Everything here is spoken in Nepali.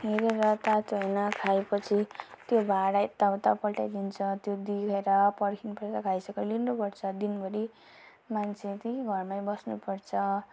हेरेर तातो होइन खाएपछि त्यो भाँडा यताउता पल्ट्याइदिन्छ त्यो दिएर पर्खिनुपर्छ खाइसके पछि लिनुपर्छ दिनभरि मान्छे त्यही घरमा बस्नुपर्छ